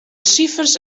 sifers